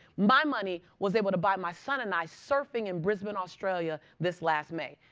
my money was able to buy my son and i surfing in brisbane, australia this last may.